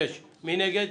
6 נגד,